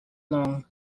long